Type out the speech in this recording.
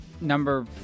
number